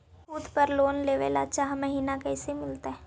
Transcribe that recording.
खूत पर लोन लेबे ल चाह महिना कैसे मिलतै?